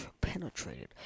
penetrated